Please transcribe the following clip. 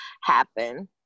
happen